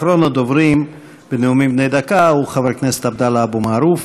אחרון הדוברים בנאומים בני דקה הוא חבר הכנסת עבדאללה אבו מערוף,